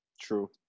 True